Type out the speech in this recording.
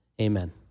amen